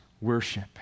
worship